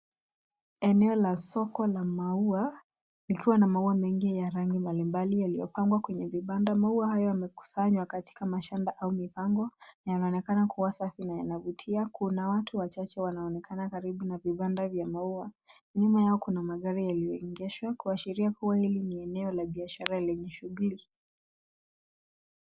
Eneo la soko la maua, likiwa na maua mengi ya rangi mbalimbali yaliyopangwa kwenye vibanda. Maua hayo yamekusanywa katika mashamba au mipango na yanaonekana kuwa safi na yanavutia. Kuna watu wachache wanaonekana karibu na vibanda vya maua, nyuma yao kuna magari yaliyoegeshwa kuashiria kuwa ili ni eneo la biashara lenye shughuli.